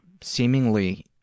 seemingly